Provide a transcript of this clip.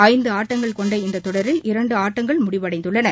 ஐந்து ஆட்டங்கள் கொண்ட இந்தத் தொடரில் இரண்டு ஆட்டங்கள் முடிவடைந்துள்ளன